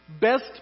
best